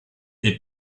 est